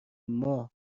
ماه